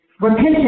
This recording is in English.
Repentance